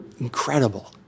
incredible